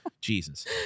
jesus